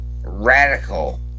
radical